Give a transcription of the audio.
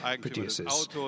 produces